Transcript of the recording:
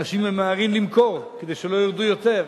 אנשים ממהרים למכור כדי שלא ירדו יותר,